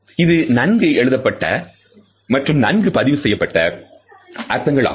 இது நன்கு எழுதப்பட்ட மற்றும் நன்கு பதிவு செய்யப்பட்ட அர்த்தங்கள் ஆகும்